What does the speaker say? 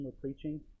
preaching